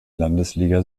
landesliga